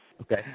Okay